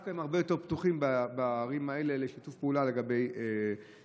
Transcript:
דווקא בערים האלה הרבה יותר פתוחים לשיתוף פעולה לגבי אנטנות.